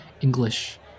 English